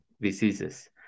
diseases